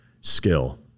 skill